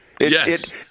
yes